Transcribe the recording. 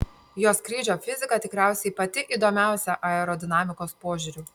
jo skrydžio fizika tikriausiai pati įdomiausia aerodinamikos požiūriu